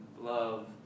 love